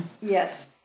Yes